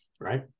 Right